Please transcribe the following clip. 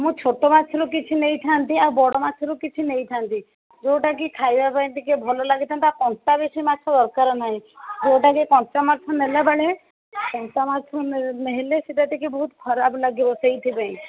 ମୁଁ ଛୋଟ ମାଛରୁ କିଛି ନେଇଥାନ୍ତି ଆଉ ବଡ଼ ମାଛରୁ କିଛି ନେଇଥାନ୍ତି ଯେଉଁଟା କି ଖାଇବା ପାଇଁ ଟିକେ ଭଲ ଲାଗିଥାଆନ୍ତା କଣ୍ଟା ବେଶି ମାଛ ଦରକାର ନାହିଁ ଯେଉଁଟା କି କଣ୍ଟା ମାଛ ନେଲା ବେଳେ କଣ୍ଟା ମାଛ ନେଲେ ସେଇଟା ଟିକେ ବହୁତ ଖରାପ ଲାଗିବ ସେଇଥିପାଇଁ